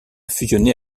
fusionné